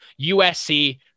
USC